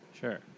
Sure